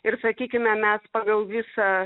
ir sakykime mes pagal visą